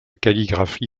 calligraphie